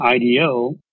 IDO